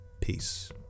peace